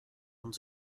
und